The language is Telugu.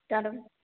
తల